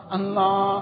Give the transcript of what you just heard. Allah